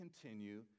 continue